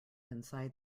inside